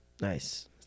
Nice